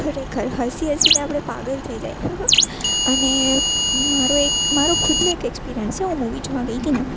ખરેખર હસી હસીને આપણે પાગલ થઈ જઈએ અને મારો એક મારો ખુદનો એક એક્સપિરિયન્સ છે હું મુવી જોવા ગઈ હતીને